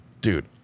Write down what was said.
Dude